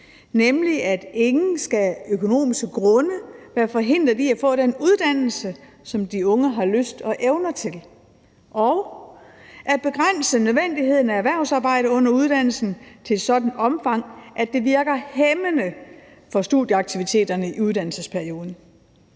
nemlig at ingen af økonomiske grunde skal være forhindret i at få den uddannelse, som de unge har lyst og evner til, og at begrænse nødvendigheden af erhvervsarbejde under uddannelsen til et sådant omfang, at det ikke virker hæmmende for studieaktiviteterne i uddannelsesperioden.